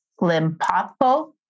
Limpopo